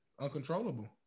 Uncontrollable